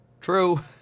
true